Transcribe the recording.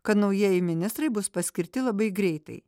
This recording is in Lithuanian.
kad naujieji ministrai bus paskirti labai greitai